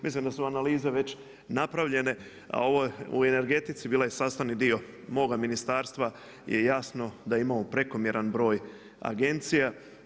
Mislim da su analize već napravljene, a ovo u energetici, bila je sastavni dio moga ministarstva je jasno da imamo prekomjeran broj agencija.